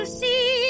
see